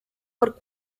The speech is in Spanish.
por